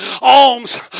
alms